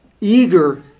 eager